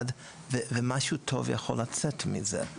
ויכול לצאת מזה משהו טוב.